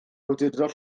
awdurdod